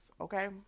okay